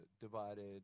divided